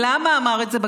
ולמה אמר את זה בג"ץ?